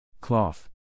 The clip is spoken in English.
Cloth